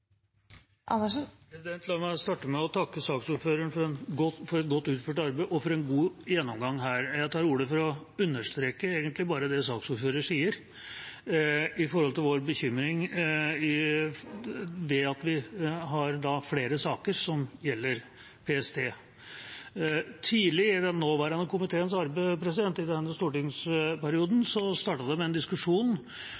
La meg starte med å takke saksordføreren for et godt utført arbeid og for en god gjennomgang her. Jeg tar ordet egentlig bare for å understreke det saksordføreren sier om vår bekymring for at vi har flere saker som gjelder PST. Tidlig i den nåværende komiteens arbeid, i denne stortingsperioden,